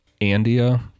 Andia